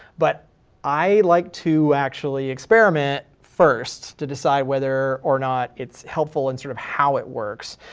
but i like to actually experiment first to decide whether or not it's helpful and sort of how it works.